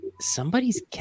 somebody's